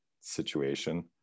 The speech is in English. situation